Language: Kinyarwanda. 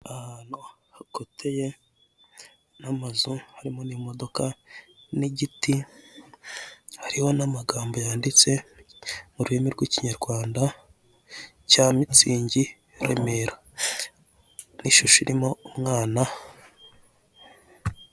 Ahantu hakoteye n'amazu, harimo n'imomodoka n'igiti, hariho n'amagambo yanditse mu rurimi rw'Ikinyarwanda cyamitsingi Remera n'ishusho irimo umwana.